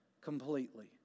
completely